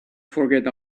forget